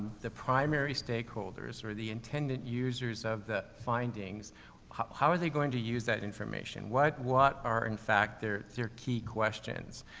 the primary stakeholders, or the intended users of the findings, h how are they going to use that information? what, what are in fact their, their key questions?